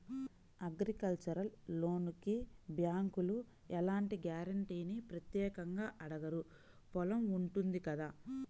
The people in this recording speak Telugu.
అగ్రికల్చరల్ లోనుకి బ్యేంకులు ఎలాంటి గ్యారంటీనీ ప్రత్యేకంగా అడగరు పొలం ఉంటుంది కదా